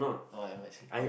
oh I'm actually cold